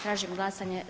Tražim glasanje.